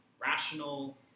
rational